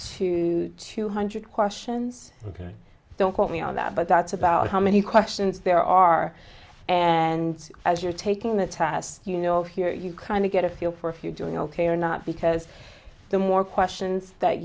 to two hundred questions ok don't quote me on that but that's about how many questions there are and as you're taking the test you know here you kind of get a feel for a few doing ok or not because the more questions that